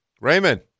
Raymond